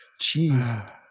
jeez